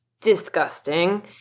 disgusting